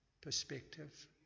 perspective